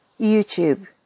YouTube